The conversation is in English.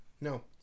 No